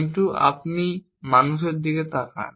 কিন্তু আপনি মানুষের দিকে তাকান